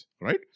right